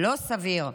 לא סביר.